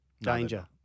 Danger